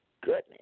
goodness